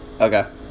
Okay